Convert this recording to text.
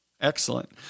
Excellent